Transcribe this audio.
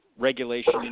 regulation